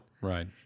Right